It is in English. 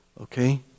Okay